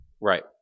Right